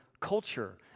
culture